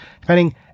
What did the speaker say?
Depending